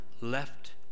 left